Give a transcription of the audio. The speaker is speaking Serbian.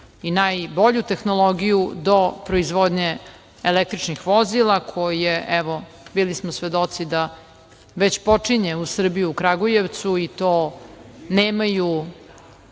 i najbolju tehnologiju, do proizvodnje električnih vozila, koje evo, bili smo svedoci da već počinje u Srbiju u Kragujevcu i to nemaju